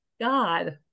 God